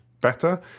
better